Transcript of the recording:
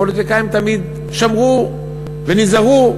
הפוליטיקאים תמיד שמרו ונזהרו.